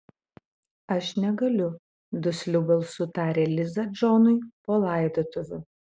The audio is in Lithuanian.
aš negaliu dusliu balsu tarė liza džonui po laidotuvių